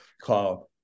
called